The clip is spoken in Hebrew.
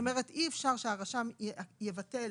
אי אפשר שהרשם יבטל